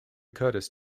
curtis